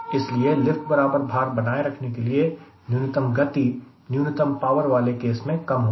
इसलिए लिफ्ट बराबर भार बनाए रखने के लिए न्यूनतम गति न्यूनतम पावर वाले केस में कम होगी